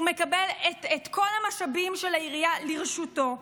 הוא מקבל את כל המשאבים של העירייה לרשותו.